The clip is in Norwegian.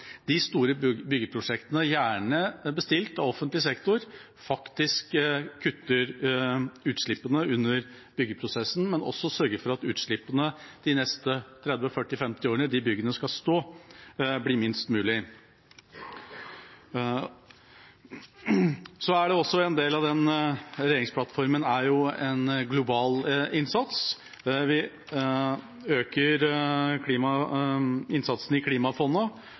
de store byggeprosjektene, gjerne bestilt av offentlig sektor, faktisk kutter utslippene under byggeprosessen, men også å sørge for at utslippene de neste 30, 40, 50 årene de byggene skal stå, blir minst mulig. En del av regjeringsplattformen er en global innsats. Vi øker innsatsen i klimafondet,